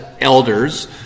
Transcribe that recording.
elders